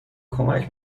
کمک